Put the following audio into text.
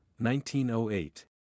1908